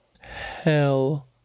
Hell